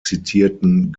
zitierten